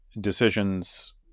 decisions